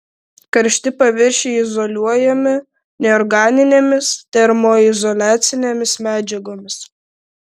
karšti paviršiai izoliuojami neorganinėmis termoizoliacinėmis medžiagomis